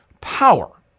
power